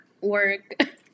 work